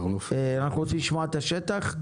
אנחנו רוצים לשמוע את השטח,